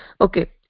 Okay